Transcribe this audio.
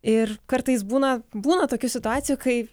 ir kartais būna būna tokių situacijų kai